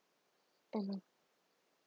mmhmm